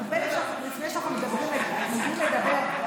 הרבה לפני שאנחנו מדברים על שטח,